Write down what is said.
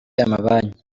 amabanki